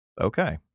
Okay